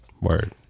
Word